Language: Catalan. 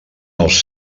els